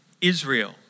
Israel